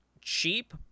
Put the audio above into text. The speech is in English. cheap